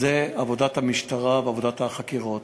זה עבודת המשטרה ועבודת החקירות.